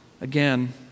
again